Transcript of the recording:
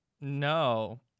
No